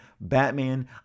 Batman